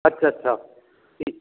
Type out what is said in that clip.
ਅੱਛਾ ਅੱਛਾ ਠੀਕ